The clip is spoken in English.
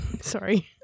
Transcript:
Sorry